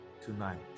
tonight